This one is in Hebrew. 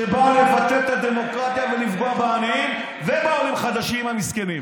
שבאה לבטל את הדמוקרטיה ולפגוע בעניים ובעולים החדשים המסכנים.